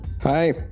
Hi